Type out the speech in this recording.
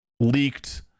leaked